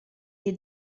est